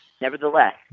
nevertheless